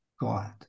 God